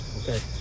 Okay